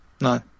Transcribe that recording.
No